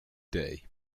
day